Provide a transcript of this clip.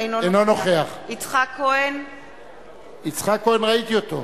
אינו נוכח יצחק כהן, יצחק כהן, ראיתי אותו.